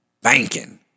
Banking